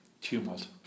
tumult